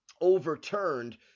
overturned